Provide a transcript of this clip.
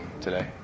today